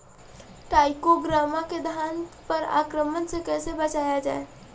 टाइक्रोग्रामा के धान पर आक्रमण से कैसे बचाया जाए?